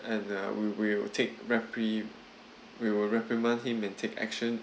and uh we will take repri~ we will reprimand him and take action